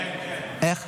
מוותרת,